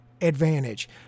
advantage